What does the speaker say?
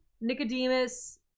Nicodemus